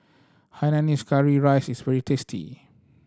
hainanese curry rice is very tasty